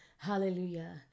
Hallelujah